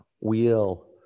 Wheel